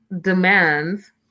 demands